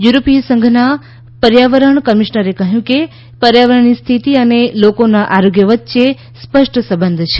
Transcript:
યુરોપીય સંઘના પર્યાવરણ કમિશ્નરે કહ્યું કે પર્યાવરણની સ્થિતિ અને લોકોના આરોગ્ય વચ્ચે સ્પષ્ટ સંબંધ છે